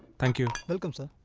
thank you welcome sir